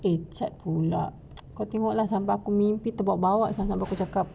eh cat pula kau tengok sampai aku mimpi terbawa-bawa aku cakap